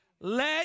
Let